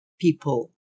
people